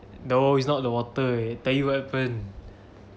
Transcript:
no it's not the water eh tell you what happened